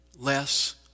less